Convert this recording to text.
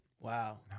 Wow